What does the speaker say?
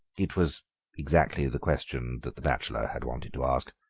it was exactly the question that the bachelor had wanted to ask.